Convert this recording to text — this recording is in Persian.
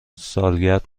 سالگرد